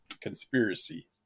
conspiracy